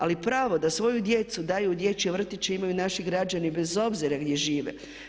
Ali pravo da svoju djecu daju u dječje vrtiće imaju naši građani bez obzira gdje žive.